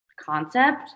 concept